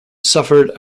suffered